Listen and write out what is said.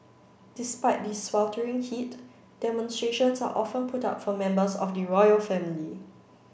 despite the sweltering heat demonstrations are often put up for members of the royal family